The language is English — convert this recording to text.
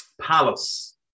Palace